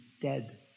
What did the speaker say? dead